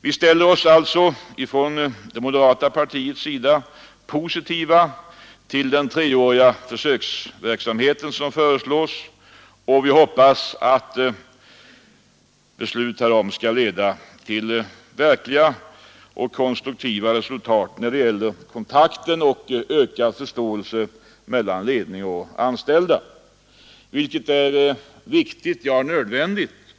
Vi ställer oss således från det moderata partiets sida positiva till den treåriga försöksverksamhet som föreslås, och vi hoppas att ett beslut härom skall leda till verkliga och konstruktiva resultat när det gäller kontakt och ökad förståelse mellan ledning och anställda, vilket är viktigt, ja, nödvändigt.